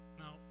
now